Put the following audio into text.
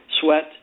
sweat